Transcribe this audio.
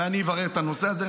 ואני אברר את הנושא הזה.